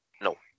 No